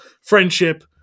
friendship